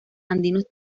andinos